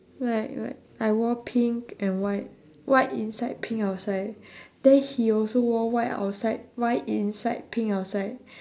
like like I wore pink and white white inside pink outside then he also wore white outside white inside pink outside